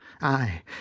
Aye